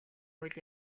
үйл